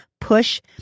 push